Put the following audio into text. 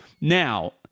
Now